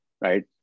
right